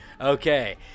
Okay